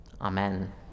Amen